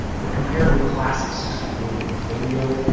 but compared to a classic sixty, forty portfolio,